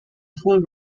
full